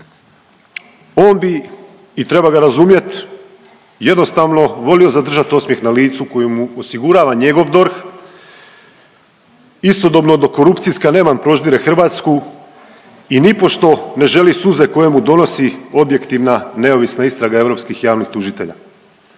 On bi i treba ga razumjet, jednostavno volio zadržat osmijeh na licu koji mu osigurava njegov DORH, istodobno dok korupcijska neman proždire Hrvatsku i nipošto ne želi suze koje mu donosi objektivna, neovisna istraga europskih javnih tužitelja.